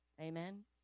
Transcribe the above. Amen